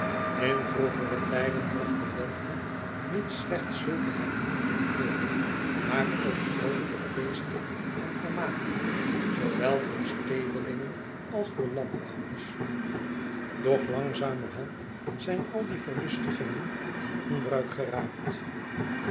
in vroegere tijden bracht de lente niet slechts zulke herinneringen mede maar ook vroolyke feesten en vermaken zoowel voor stedelingen als voor landbouwers doch langzamerhand zijn al die verlustigingen in onbruik geraakt